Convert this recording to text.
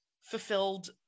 fulfilled